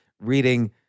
reading